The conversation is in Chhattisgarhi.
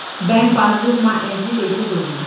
बैंक पासबुक मा एंटरी कइसे होही?